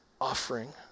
offering